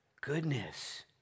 Goodness